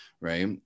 right